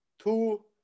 two